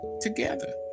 together